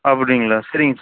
அப்படிங்ளா சரிங்க